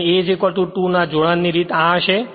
અને A 2 ના જોડાણ ની રીત આ હશે